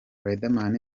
riderman